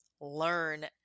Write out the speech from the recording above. learn